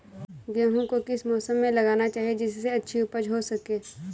गेहूँ को किस मौसम में लगाना चाहिए जिससे अच्छी उपज हो सके?